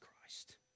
Christ